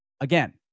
Again